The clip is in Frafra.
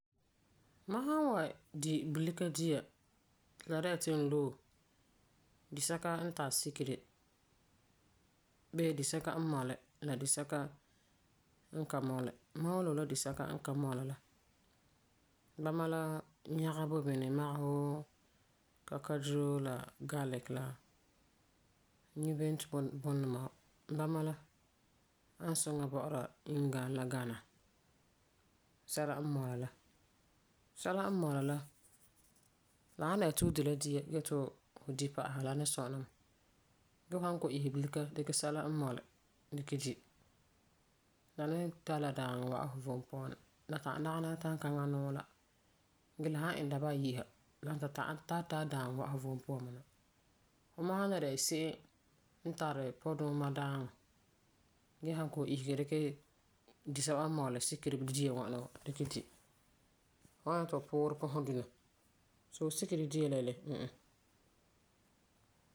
Ma san wan di bulika dia ti la di'a ti n loe disɛka n tari sikeri bee disɛka n mɔli la disɛka n ka mɔli. Ma wan loe la disɛka n ka mɔli la. Bama la yɛga boi bini magesi wuu kakaduro la garlic la nyubento bunduma wa. Bama la ani suŋa bɔ'ɔra inganɛ la gana sɛla n mɔli la. Sɛla n mɔli la, la san dɛna ti fu di la dia ge yeti fu di pa'asɛ la ni sɔna mɛ. Ge fu san kɔ'ɔm isege bulika dikɛ sɛla n mɔli dikɛ di la ni tari la daaŋɔ wa'am fu vom puan na. La ta'am dagena sankaŋa la nuu la ge la san iŋɛ dabesa ayi sa la ta'am ta tari daaŋɔ wa'am fu vom na. Fu san le dɛna se'em n tari puduuma daaŋɔ ge san kɔ'ɔm isege dikɛ disɛka n mɔli, sikeri dia ŋwana wa dikɛ di, fu wan nyɛ ti fu puurɛ duna. So sikeri dia ŋwana wa mm mm.